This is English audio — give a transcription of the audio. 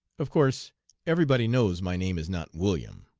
of course everybody knows my name is not william.